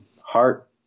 heart